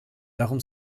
darum